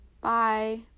Bye